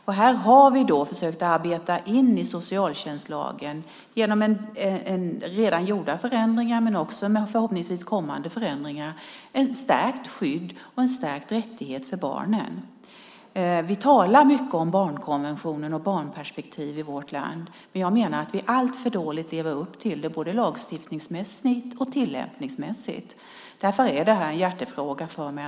Vi har försökt att arbeta in i socialtjänstlagen genom redan gjorda förändringar och förhoppningsvis med hjälp av kommande förändringar ett stärkt skydd och förstärkta rättigheter för barnen. Vi talar mycket om barnkonventionen och barnperspektiv i vårt land, men jag menar att vi alltför dåligt lever upp till dem både lagstiftningsmässigt och tillämpningsmässigt. Därför är en förändring en hjärtefråga för mig.